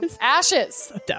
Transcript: ashes